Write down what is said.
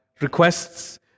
requests